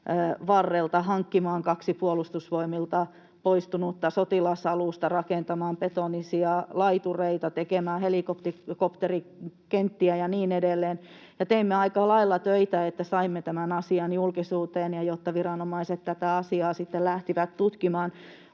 varrelta, hankkimaan kaksi Puolustusvoimilta poistunutta sotilasalusta, rakentamaan betonisia laitureita, tekemään helikopterikenttiä ja niin edelleen, ja teimme aika lailla töitä, että saimme tämän asian julkisuuteen ja jotta viranomaiset tätä asiaa sitten lähtivät tutkimaan.